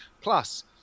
Plus